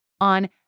on